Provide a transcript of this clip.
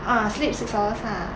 ah sleep six hours lah